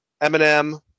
Eminem